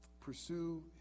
Pursue